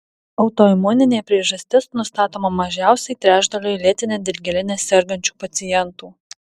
autoimuninė priežastis nustatoma mažiausiai trečdaliui lėtine dilgėline sergančių pacientų